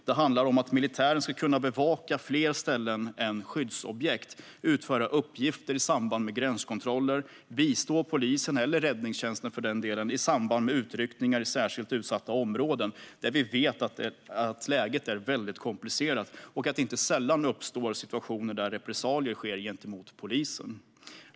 Det handlar om att militären ska kunna bevaka fler ställen än skyddsobjekt, utföra uppgifter i samband med gränskontroller, bistå polisen eller räddningstjänsten för den delen i samband med utryckningar i särskilt utsatta områden. Vi vet att läget där är komplicerat och att det inte sällan sker repressalier gentemot polisen.